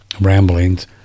ramblings